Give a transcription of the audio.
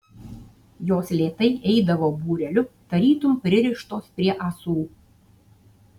jos lėtai eidavo būreliu tarytum pririštos prie ąsų